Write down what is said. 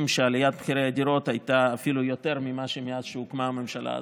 שעליית מחירי הדירות הייתה אפילו יותר ממה שמאז הקמת הממשלה הזאת,